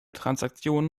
transaktionen